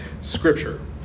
scripture